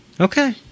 Okay